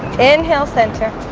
inhale center